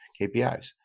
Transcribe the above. KPIs